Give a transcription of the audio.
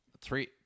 Three